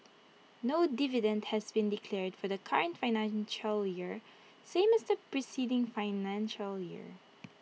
no dividend has been declared for the current financial year same as the preceding financial year